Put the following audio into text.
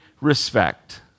respect